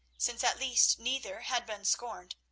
since at least neither had been scorned,